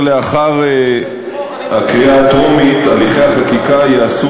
לאחר הקריאה הטרומית הליכי החקיקה ייעשו